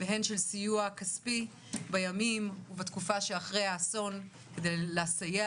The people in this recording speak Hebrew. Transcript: ושל סיוע כספי בתקופה שאחרי האסון כדי לסייע